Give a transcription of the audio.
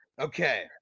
okay